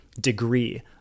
degree